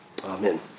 Amen